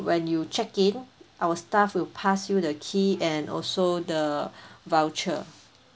when you check in our staff will pass you the key and also the voucher